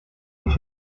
with